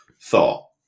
thought